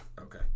Okay